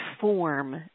form